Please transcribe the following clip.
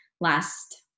last